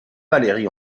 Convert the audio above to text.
valery